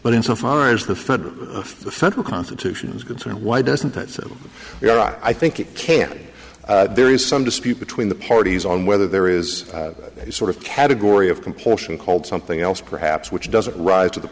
but insofar as the federal constitution is concerned why doesn't it i think it can there is some dispute between the parties on whether there is a sort of category of compulsion called something else perhaps which doesn't rise to the